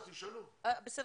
הדבר